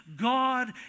God